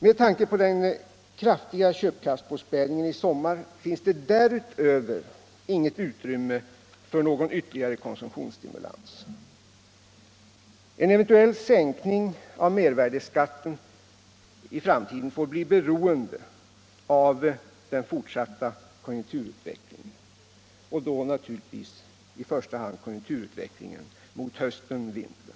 Med tanke på den kraftiga köpkraftpåspädningen i sommar finns det därutöver inget utrymme för någon ytterligare konsumtionsstimulans. En eventuell sänkning av mervärdeskatten i framtiden får bli beroende av den fortsatta konjunkturutvecklingen, och därvid naturligtvis i första hand den som äger rum till hösten-vintern.